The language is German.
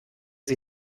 sie